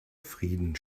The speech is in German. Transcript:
frieden